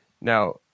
Now